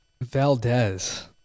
Valdez